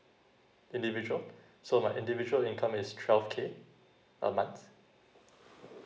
individual so my individual income is twelve K a month